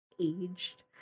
aged